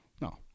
no